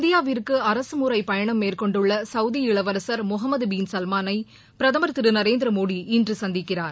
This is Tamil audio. இந்தியாவிற்கு அரசு முறை பயணம் மேற்கொண்டுள்ள சவுதி இளவரசர் முகமது பின் சல்மானை பிரதமர் திரு நரேந்திர மோடி இன்று சந்திக்கிறார்